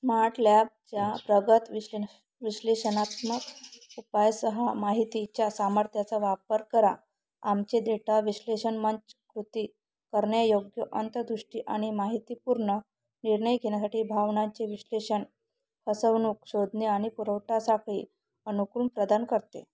smart lab च्या प्रगत विश्लेषणात्मक उपायासह माहितीच्या सामर्थ्याचा वापर करा आमचे डेटा विश्लेषण मंचकृती करण्यायोग्य अंतदृष्टी आणि माहितीपूर्ण निर्णय घेण्यासाठी भावनाचे विश्लेषण हसवणूक शोधणे आणि पुरवठा साखळी अनुकूलन प्रदान करते